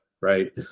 right